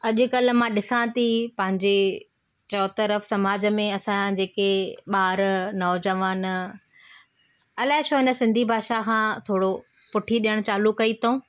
अॼुकल्ह मां ॾिसा थी पंहिंजे चौतरफ़ समाज में असांजा जेके ॿार नौजवान अलाए छो इन सिंधी भाषा खां थोरो पुठी ॾियणु चालू कई अथऊं